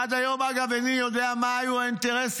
עד היום, אגב, איני יודע מה היו האינטרסים.